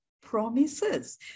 promises